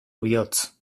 bihotz